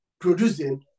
producing